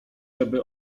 żeby